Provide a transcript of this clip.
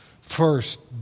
First